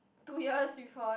two years with her